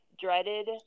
dreaded